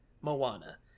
Moana